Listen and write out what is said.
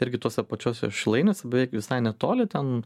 irgi tuose pačiuose šilainiuose beveik visai netoli ten